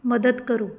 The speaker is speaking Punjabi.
ਮਦਦ ਕਰੋ